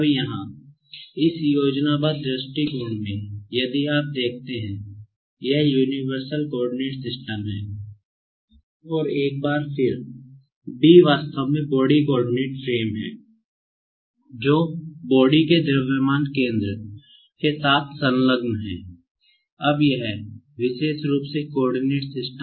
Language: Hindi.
अब यहाँ इस योजनाबद्ध दृष्टिकोण में यदि आप देखते हैं यह यूनिवर्सल कोआर्डिनेट सिस्टम U के संबंध में है इसलिए वेक्टर फॉर्म में मैं ऐसे दर्शा सकता हूं